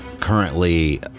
currently